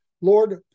lord